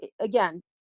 again